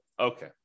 Okay